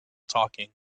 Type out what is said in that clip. talking